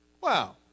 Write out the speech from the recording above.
Wow